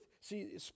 See